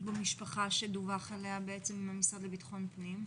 במשפחה שדווח עליה במשרד לביטחון פנים?